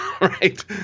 right